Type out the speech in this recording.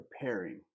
preparing